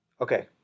okay